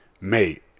mate